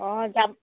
অঁ যাম